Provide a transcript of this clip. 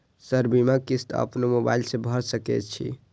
Sir बीमा किस्त अपनो मोबाईल से भर सके छी?